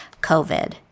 COVID